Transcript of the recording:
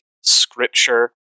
scripture